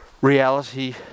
reality